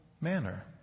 manner